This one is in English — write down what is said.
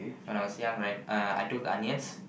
when I was young right uh I took the onions